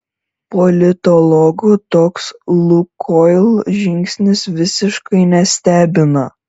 politologų toks lukoil žingsnis visiškai nestebina